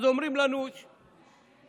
אז אומרים לנו, הביקוש.